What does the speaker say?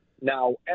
Now